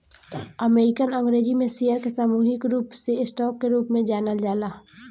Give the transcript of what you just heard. American अंग्रेजी में share के सामूहिक रूप से स्टॉक के रूप में जानल जाला